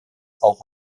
auch